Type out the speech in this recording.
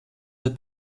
der